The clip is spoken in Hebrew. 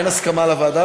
אין הסכמה על הוועדה?